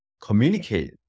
communicate